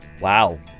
Wow